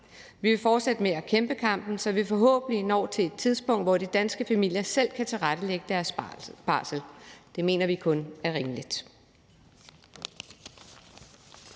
Vi vil fortsætte med at kæmpe kampen, så vi forhåbentlig når til et tidspunkt, hvor de danske familier selv kan tilrettelægge deres barsel. Det mener vi kun er rimeligt.